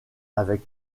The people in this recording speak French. avec